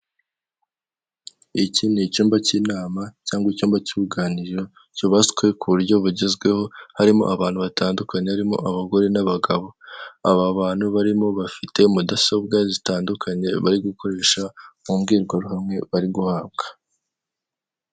Iki ni icyumba cy'inama cyangwa icyumba cy'uruganiriro cyubatswe ku buryo bugezweho harimo abantu batandukanye harimo abagore n'abagabo aba bantu barimo bafite mudasobwa zitandukanye bari gukoresha mu mbwirwaruhame bari guhabwa.